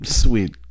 sweet